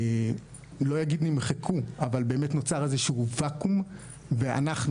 לא אגיד נמחקו אבל באמת נוצר איזשהו ואקום ואנחנו